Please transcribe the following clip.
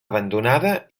abandonada